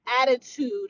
attitude